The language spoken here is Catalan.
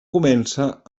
comença